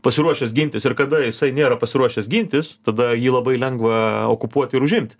pasiruošęs gintis ir kada jisai nėra pasiruošęs gintis tada jį labai lengva okupuot ir užimt